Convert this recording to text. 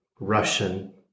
Russian